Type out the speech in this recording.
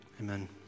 Amen